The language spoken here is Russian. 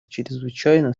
чрезвычайно